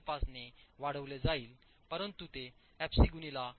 25 ने वाढविले जाईल परंतु ते एफसी गुणीला 1